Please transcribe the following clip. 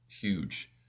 huge